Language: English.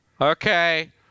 Okay